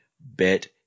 Bet